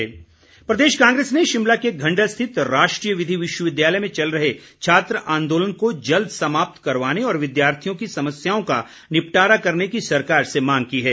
कांग्रेस प्रदेश कांग्रेस ने शिमला के घंडल स्थित राष्ट्रीय विधि विश्वविद्यालय में चल रहे छात्र आंदोलन को जल्द समाप्त करवाने और विद्यार्थियों की समस्याओं का निपटारा करने की सरकार से मांग की है